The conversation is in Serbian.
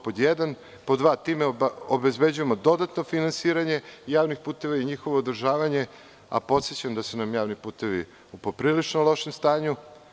Pod dva, time obezbeđujemo dodatno finansiranje javnih puteva i njihovo održavanje, a podsećam da su nam javni putevi u poprilično lošem stanju.